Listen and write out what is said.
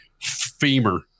femur